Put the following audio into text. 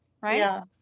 Right